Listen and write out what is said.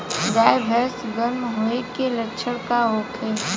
गाय भैंस गर्म होय के लक्षण का होखे?